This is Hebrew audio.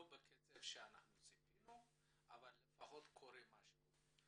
לא בקצב שאנחנו ציפינו, אבל לפחות קורה משהו.